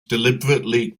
deliberately